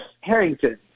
Harrington